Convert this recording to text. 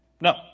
No